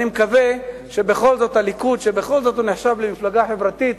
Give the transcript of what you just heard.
אני מקווה שבכל זאת הליכוד שנחשב למפלגה חברתית,